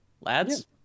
lads